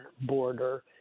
border